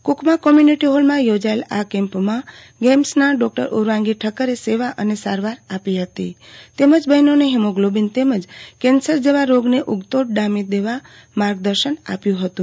કુકમાં community ફોલમાં યોજાયેલા કેમ્પમાં ગેઈમ્સના ડોક્ટર ઉર્વાંન્ગી ઠક્કરે સેવા અને સારવાર આપી હતી તેમજ બહેનોને ફિમોગ્લોબીન તેમજ કેન્સર જેવા રોગને ઉગતો ડામી દેવા માર્ગદર્શન આપ્યુ ફતું